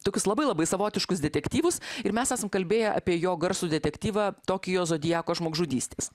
tokius labai labai savotiškus detektyvus ir mes esam kalbėję apie jo garsų detektyvą tokijo zodiako žmogžudystės